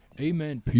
Amen